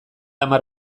hamar